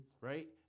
Right